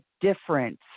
difference